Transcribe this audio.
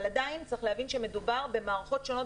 אבל צריך להבין שעדיין מדובר במערכות שונות